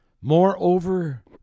Moreover